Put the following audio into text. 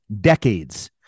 decades